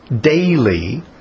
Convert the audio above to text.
daily